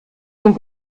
den